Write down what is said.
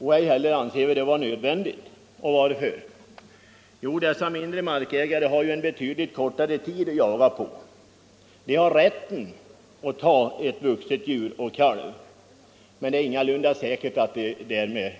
Inte heller anser vi det vara nödvändigt, eftersom dessa mindre markägare har en betydligt kor tare tid att jaga på. Man har rätten att ta ett vuxet djur och en kalv, men det är ingalunda säkert att de lyckas därmed.